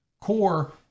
Core